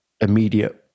immediate